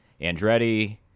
Andretti